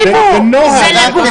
זה נוהל.